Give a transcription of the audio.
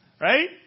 Right